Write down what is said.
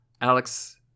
Alex